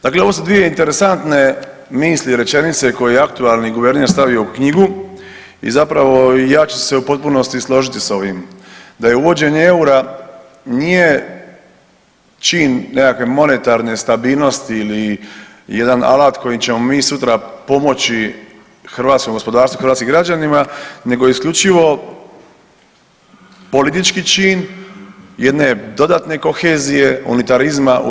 Dakle, ovo su dvije interesantne misli i rečenice koje je aktualni guverner stavio u knjigu i zapravo ja ću se u potpunosti složiti s ovim da je uvođenje EUR-a nije čin nekakve monetarne stabilnosti ili jedan alat kojim ćemo mi sutra pomoći hrvatskom gospodarstvu, hrvatskim građanima nego isključivo politički čin jedne dodatne kohezije, unitarizma u EU.